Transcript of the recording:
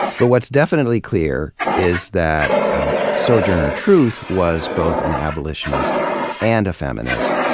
but what's definitely clear is that sojourner truth was both an abolitionist and a feminist,